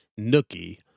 Nookie